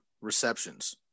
receptions